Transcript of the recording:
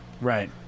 Right